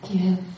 Give